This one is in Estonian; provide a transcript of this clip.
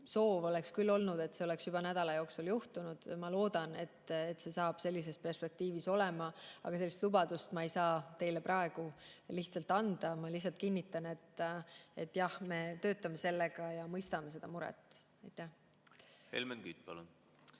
soov oleks küll olnud, et see oleks juba nädala jooksul juhtunud, ma loodan, et see saabki sellises perspektiivis olema, aga sellist lubadust ma ei saa teile praegu anda. Ma lihtsalt kinnitan, et jah, me töötame sellega ja mõistame seda muret. Helmen Kütt, palun!